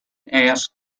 asked